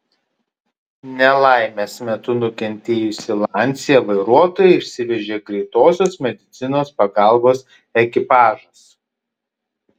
nelaimės metu nukentėjusį lancia vairuotoją išsivežė greitosios medicinos pagalbos ekipažas